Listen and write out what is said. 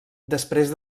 després